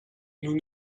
nous